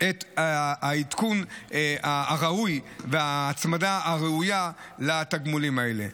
את העדכון הראוי וההצמדה הראויה לתגמולים האלה.